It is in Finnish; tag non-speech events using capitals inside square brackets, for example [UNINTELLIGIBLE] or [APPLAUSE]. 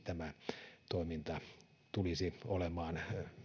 [UNINTELLIGIBLE] tämä toiminta tulisi olemaan